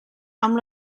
amb